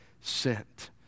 sent